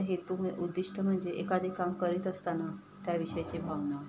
तर हे तुम्ही उद्दिष्ट म्हणजे एखादे काम करीत असताना त्या विषयाची भावना